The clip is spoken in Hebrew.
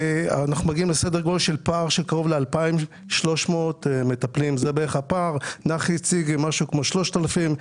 אנחנו מגיעים לפער של קרוב לכ-2,300 מטפלים; נחי הציג משהו כמו 3,000,